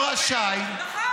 הוא אינו רשאי, נכון.